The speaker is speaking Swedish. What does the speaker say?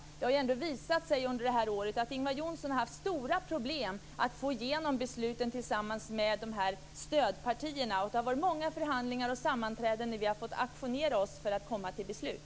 Det har ändå visat sig under det här året att Ingvar Johnsson har haft stora problem att få igenom besluten tillsammans med de här stödpartierna. Vid många förhandlingar och sammanträden har vi fått ajournera oss för att komma till beslut.